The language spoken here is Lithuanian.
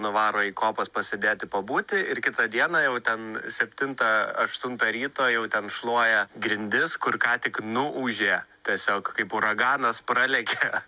nuvaro į kopas pasėdėti pabūti ir kitą dieną jau ten septintą aštuntą ryto jau ten šluoja grindis kur ką tik nuūžė tiesiog kaip uraganas pralėkė